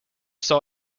saw